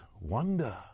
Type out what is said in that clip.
wonder